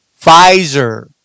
Pfizer